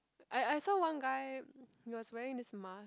I I saw one guy he was wearing this mask